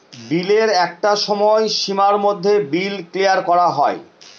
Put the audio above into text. বিলের একটা সময় সীমার মধ্যে বিল ক্লিয়ার করা হয়